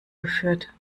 geführt